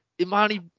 Imani